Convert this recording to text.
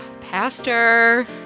Pastor